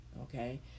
Okay